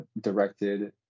directed